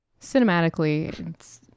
Cinematically